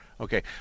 Okay